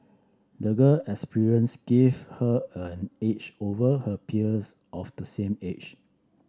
the girl experiences give her an edge over her peers of the same age